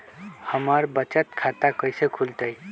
हमर बचत खाता कैसे खुलत?